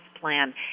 Plan